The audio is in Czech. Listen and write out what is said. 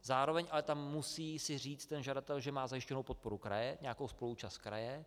Zároveň ale tam musí říci žadatel, že má zajištěnu podporu kraje, nějakou spoluúčast kraje.